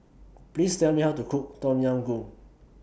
Please Tell Me How to Cook Tom Yam Goong